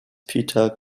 peter